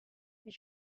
you